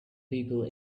people